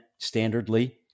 standardly